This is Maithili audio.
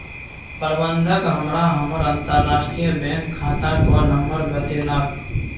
प्रबंधक हमरा हमर अंतरराष्ट्रीय बैंक खाताक नंबर बतेलक